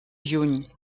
juny